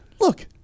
Look